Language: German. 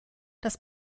das